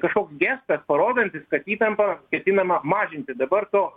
kažkoks gestas parodantis kad įtampą ketinama mažinti dabar to